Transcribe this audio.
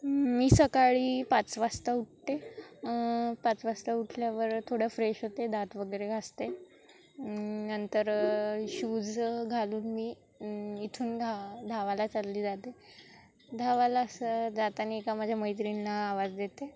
मी सकाळी पाच वाजता उठते पाच वाजता उठल्यावर थोडं फ्रेश होते दात वगैरे घासते नंतर शूज घालून मी इथून घा धावायला चालली जाते धावायला असं जाताना एका माझ्या मैत्रिणीला आवाज देते